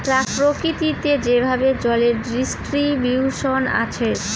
প্রকৃতিতে যেভাবে জলের ডিস্ট্রিবিউশন আছে